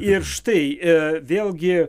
ir štai vėlgi